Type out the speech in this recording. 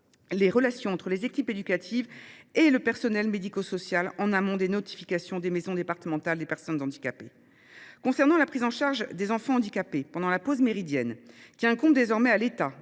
les relations entre les équipes éducatives et le personnel médico social en amont des notifications des maisons départementales des personnes handicapées (MDPH). Les conditions de mise en œuvre de la prise en charge des enfants handicapés pendant la pause méridienne, qui incombe désormais à l’État,